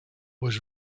was